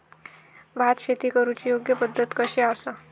भात शेती करुची योग्य पद्धत कशी आसा?